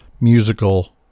musical